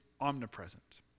omnipresent